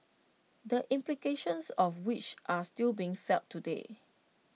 the implications of which are still being felt today